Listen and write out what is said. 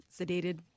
sedated